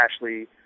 Ashley